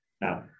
now